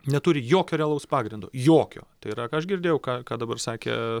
neturi jokio realaus pagrindo jokio tai yra ką aš girdėjau ką ką dabar sakė